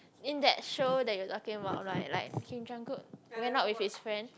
in that show that you're talking about right like Kim-Jong-Kook went out with his friend